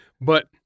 But-